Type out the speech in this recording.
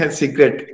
secret